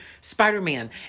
Spider-Man